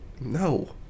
No